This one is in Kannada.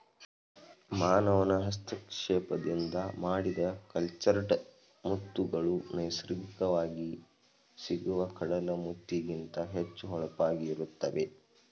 ಮಾನವ ಹಸ್ತಕ್ಷೇಪದಿಂದ ಮಾಡಿದ ಕಲ್ಚರ್ಡ್ ಮುತ್ತುಗಳು ನೈಸರ್ಗಿಕವಾಗಿ ಸಿಗುವ ಕಡಲ ಮುತ್ತಿಗಿಂತ ಹೆಚ್ಚು ಹೊಳಪಾಗಿ ಇರುತ್ತವೆ